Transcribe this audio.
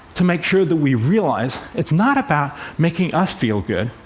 to make sure that we realize it's not about making us feel good.